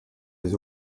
les